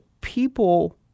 people